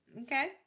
Okay